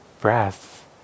breath